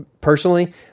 personally